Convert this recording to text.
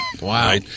Wow